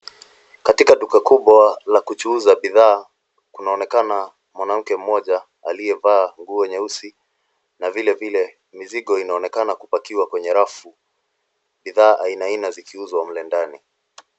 Katika duka kubwa la kuchuuza bidhaa, kunaonekana mwanamke moja aliyevaa nguo nyeusi na vilevile mizigo inaonekana kupakiwa kwenye rafu, bidhaa aina aina zikiuzwa mle ndani.